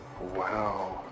Wow